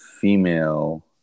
female